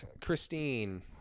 christine